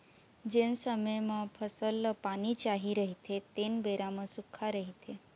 जेन समे म फसल ल पानी चाही रहिथे तेन बेरा म सुक्खा रहिथे